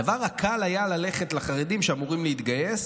הדבר הקל היה ללכת לחרדים שאמורים להתגייס